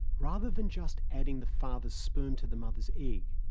rather than just adding the father's sperm to the mothers' egg,